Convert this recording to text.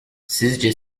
sizce